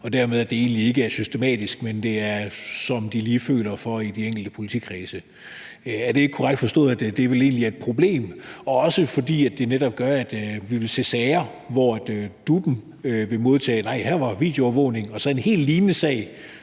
og dermed er det egentlig ikke systematisk, men det er, som de lige føler for i de enkelte politikredse. Er det ikke korrekt forstået, at det vel egentlig er et problem, også fordi det netop gør, at vi vil se sager, som DUP'en vil modtage videoovervågning fra, og en helt lignende sag